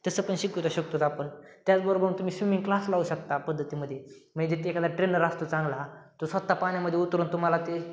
तसं पण शिकवता शकतोच आपण त्याचबरोबर तुम्ही स्विमिंग क्लास लावू शकता पद्धतीमध्ये म्हणजे ते एखादा ट्रेनर असतो चांगला तो स्वतः पाण्यामध्ये उतरून तुम्हाला ते